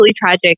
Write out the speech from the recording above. tragic